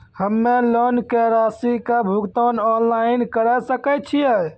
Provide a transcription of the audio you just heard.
हम्मे लोन के रासि के भुगतान ऑनलाइन करे सकय छियै?